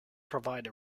provide